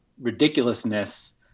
ridiculousness